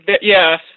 yes